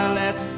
let